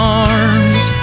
arms